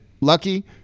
lucky